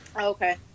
Okay